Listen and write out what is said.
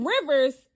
rivers